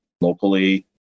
locally